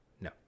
No